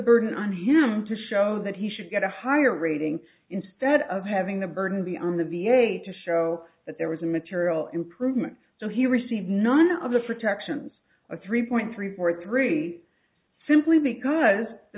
burden on him to show that he should get a higher rating instead of having the burden be on the v a to show that there was a material improvement so he received none of the protections of three point three four three simply because the